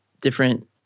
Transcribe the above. different